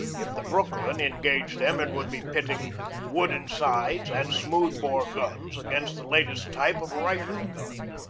if the brooklyn engaged them it would be pitting wooden sides and smooth-bore guns against the latest type of rifled gun.